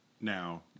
Now